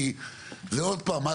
כי זה עוד פעם,